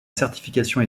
certification